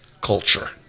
culture